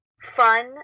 fun